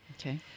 Okay